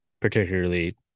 particularly